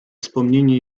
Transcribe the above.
wspomnienie